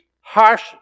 harsh